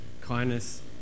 kindness